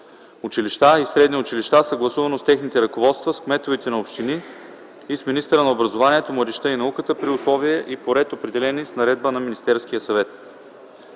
училища и средни училища, съгласувано с техните ръководства, с кметовете на общини и с министъра на образованието, младежта и науката при условия и по ред, определени с наредба на Министерския съвет;”.